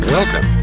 Welcome